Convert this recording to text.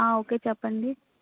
ఆ ఓకే చెప్పండి